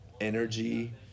energy